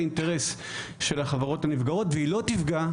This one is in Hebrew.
האינטרס של החברות הנפגעות והיא לא תפגע,